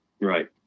Right